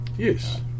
Yes